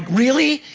really?